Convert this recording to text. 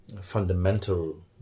fundamental